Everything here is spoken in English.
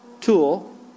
tool